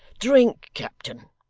drink, captain